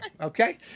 okay